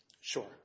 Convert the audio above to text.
Sure